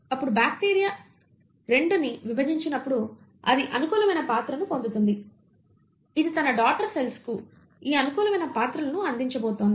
అప్పుడు బాక్టీరియా 2 ని విభజించినప్పుడు అది అనుకూలమైన పాత్రను పొందుతుంది ఇది తన డాటర్ సెల్స్ కు ఈ అనుకూలమైన పాత్రలను అందించబోతోంది